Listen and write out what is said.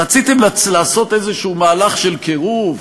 רציתם לעשות איזה מהלך של קירוב?